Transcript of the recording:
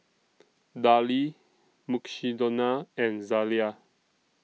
Darlie Mukshidonna and Zalia